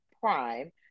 Prime